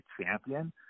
champion